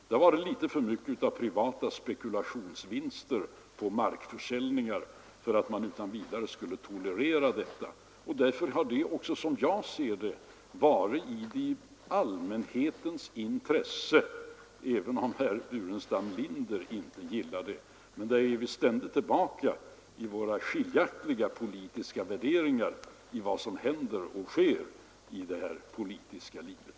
Det har varit litet för mycket privata spekulationsvinster på markförsäljningar för att man utan vidare skulle tolerera detta. Därför har det också som jag ser det varit i allmänhetens intresse, även om herr Burenstam Linder inte gillar det. Men här kommer vi ständigt tillbaka till våra skiljaktiga politiska värderingar om vad som händer och sker i det politiska livet.